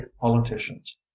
politicians